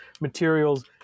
materials